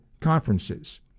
conferences